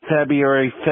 February